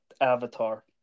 Avatar